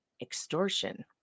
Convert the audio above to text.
extortion